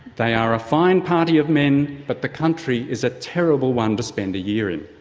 they are a fine party of men, but the country is a terrible one to spend a year in.